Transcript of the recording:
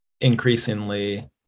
increasingly